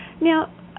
Now